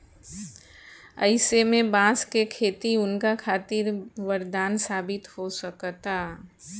अईसे में बांस के खेती उनका खातिर वरदान साबित हो सकता